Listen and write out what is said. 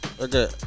Okay